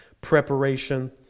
preparation